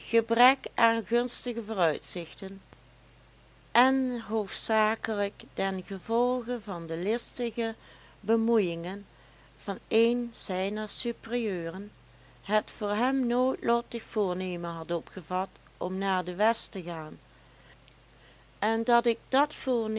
gebrek aan gunstige vooruitzichten en hoofdzakelijk ten gevolge van de listige bemoeiingen van een zijner superieuren het voor hem noodlottig voornemen had opgevat om naar de west te gaan en dat ik dat voornemen